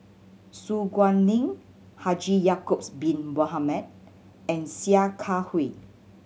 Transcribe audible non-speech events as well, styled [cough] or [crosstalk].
Su Guaning Haji Ya'acob [unintelligible] Bin Mohamed and Sia Kah Hui